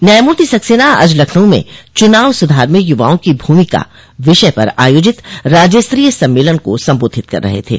न्यायमूर्ति सक्सेना आज लखनऊ में चुनाव सुधार में युवाओं की भूमिका विषय पर आयोजित राज्य स्तरीय सम्मेलन को संबोधित कर रहे थे